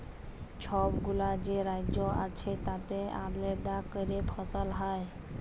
ছবগুলা যে রাজ্য আছে তাতে আলেদা ক্যরে ফসল হ্যয়